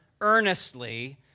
earnestly